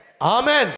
Amen